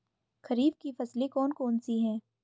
खरीफ की फसलें कौन कौन सी हैं?